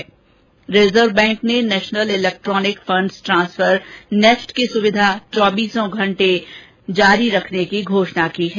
भारतीय reserve bank ने national electronic funds transfer NEFT की सुविधा चौबीसों घंटे जारी करने की घोषणा की है